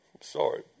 Sorry